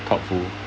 thoughtful